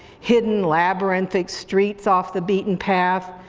hidden labyrinthic streets off the beaten path,